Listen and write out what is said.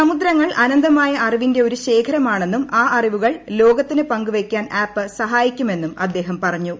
സമുദ്രങ്ങൾ അനന്തമായ അറിവിന്റെ ഒരു ശേഖരമാണെന്നും ആ അറിവുകൾ ലോകത്തിന് പങ്കുവെക്കാൻ ആപ്പ് സഹായിക്കുമെന്നും അദ്ദേഹം പറഞ്ഞു